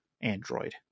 Android